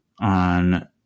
On